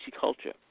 culture